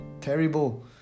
terrible